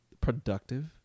productive